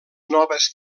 noves